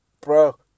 Bro